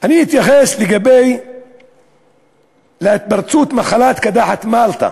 אני אתייחס להתפרצות מחלת קדחת מלטה,